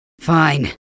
Fine